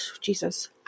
Jesus